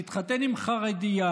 להתחתן עם חרדית,